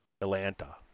Atlanta